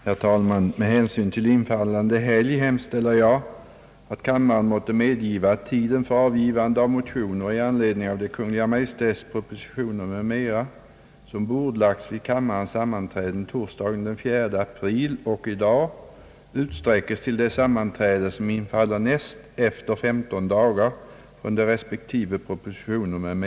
Herr talman! Med hänsyn till infallande helg hemställer jag att kammaren måtte medgiva att tiden för avgivande av motioner i anledning av de Kungl. Maj:ts propositioner m.m., som bordlagts vid kammarens sammanträden torsdagen den 4 april och i dag, utsträckes till det sammanträde som infaller näst efter 15 dagar från det re